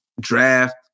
draft